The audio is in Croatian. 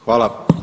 Hvala.